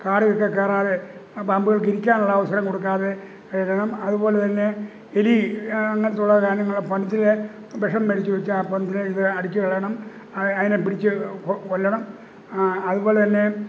കാട് ഒക്കെ കയറാതെ ആ പാമ്പുകൾക്ക് ഇരിക്കാനുള്ള അവസരം കൊടുക്കാതെ ഇടണം അതുപോലെതന്നെ എലി അങ്ങനെത്തുള്ള സാധനങ്ങളെ പഴത്തിൽ വിഷം മേടിച്ചു വെച്ച് പഴത്തിൽ അടിച്ചു കളയണം അതിനെ പിടിച്ചു കൊ കൊല്ലണം ആ അതുപോലെ തന്നെ